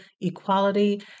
equality